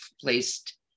placed